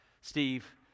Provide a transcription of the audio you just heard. Steve